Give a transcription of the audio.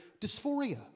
dysphoria